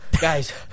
guys